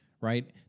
right